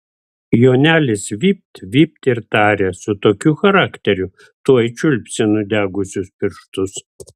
jonelis vypt vypt ir tarė su tokiu charakteriu tuoj čiulpsi nudegusius pirštus